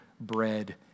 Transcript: bread